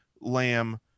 Lamb